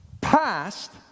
Past